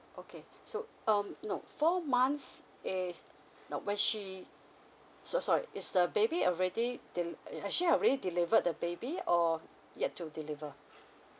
okay so um no four months is now when she so sorry it's the baby already del~ has she have already delivered the baby or yet to deliver